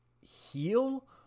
heal